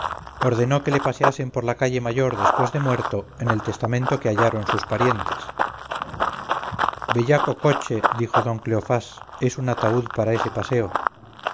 ordenó que le paseasen por la calle mayor después de muerto en el testamento que hallaron sus parientes bellaco coche dijo don cleofás es un ataúd para ese paseo